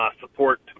support